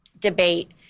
debate